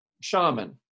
shaman